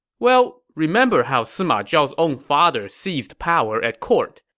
well, remember how sima zhao's own father seized power at court.